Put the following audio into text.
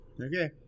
Okay